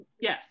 yes